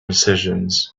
decisions